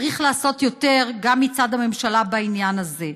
צריך לעשות יותר גם מצד הממשלה בעניין הזה.